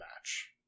match